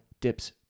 dips